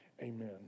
Amen